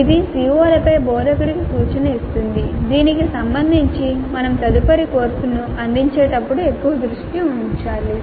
ఇది CO లపై బోధకుడికి సూచనను ఇస్తుంది దీనికి సంబంధించి మేము తదుపరిసారి కోర్సును అందించేటప్పుడు ఎక్కువ దృష్టి ఉండాలి